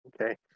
Okay